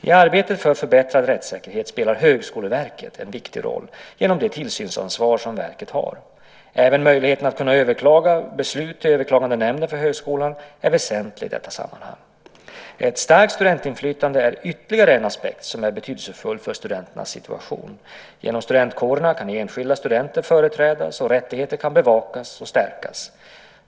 I arbetet för förbättrad rättssäkerhet spelar Högskoleverket en viktig roll genom det tillsynsansvar som verket har. Även möjligheten att överklaga beslut till Överklagandenämnden för högskolan är väsentlig i detta sammanhang. Ett starkt studentinflytande är ytterligare en aspekt som är betydelsefull för studenternas situation. Genom studentkårerna kan enskilda studenter företrädas, och rättigheter kan bevakas och stärkas.